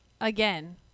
again